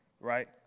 right